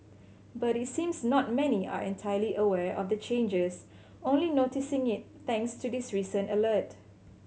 but it seems not many are entirely aware of the changes only noticing it thanks to this recent alert